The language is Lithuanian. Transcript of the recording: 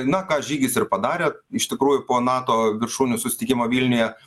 na ką žygis ir padarė iš tikrųjų po nato viršūnių susitikimo vilniuje